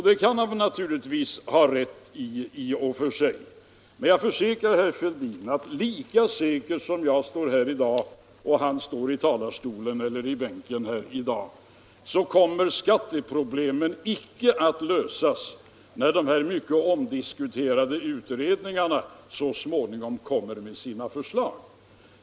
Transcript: Det kan han naturligtvis i och för sig ha rätt i. Men jag försäkrar herr Fälldin att lika säkert som jag just nu står här och han sitter i bänken kommer skatteproblemen inte att lösas när de mycket omdiskuterade utredningarna så småningom kommer med sina förslag.